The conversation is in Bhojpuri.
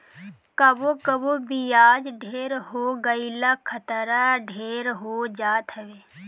कबो कबो बियाज ढेर हो गईला खतरा ढेर हो जात हवे